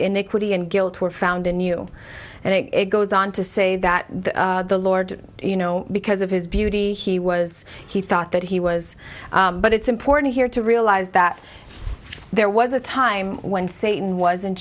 iniquity and guilt were found in you and it goes on to say that the lord you know because of his beauty he was he thought that he was but it's important here to realize that there was a time when satan was in